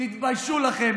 תתביישו לכם.